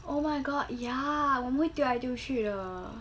oh my god ya 我们会丢来丢去的